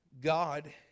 God